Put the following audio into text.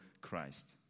Christ